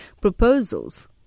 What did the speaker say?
proposals